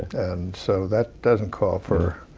and so, that doesn't call for